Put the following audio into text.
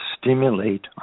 stimulate